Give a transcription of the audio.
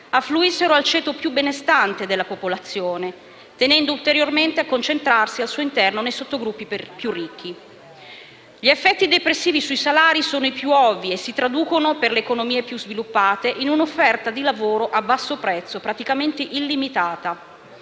affluissero al ceto più benestante della popolazione, tendendo ulteriormente a concentrarsi al suo interno nei sottogruppi più ricchi. Gli effetti depressivi sui salari sono i più ovvii e si traducono per le economie più sviluppate in un'offerta di lavoro a basso prezzo praticamente illimitata.